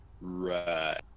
Right